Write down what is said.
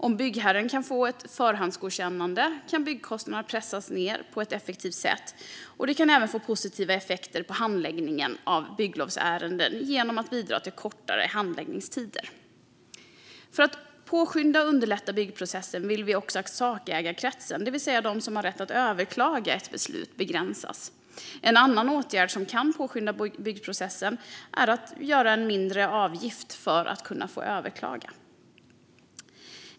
Om byggherren kan få ett förhandsgodkännande kan byggkostnaderna pressas ned på ett effektivt sätt. Det kan även få positiva effekter för handläggningen av bygglovsärenden genom att bidra till kortare handläggningstider. För att påskynda och underlätta byggprocessen vill vi också att sakägarkresten, det vill säga de som har rätt att överklaga ett beslut, begränsas. En annan åtgärd som kan påskynda byggprocessen skulle kunna vara att införa en låg avgift för att få överklaga.